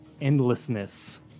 endlessness